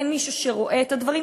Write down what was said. אין מישהו שרואה את הדברים,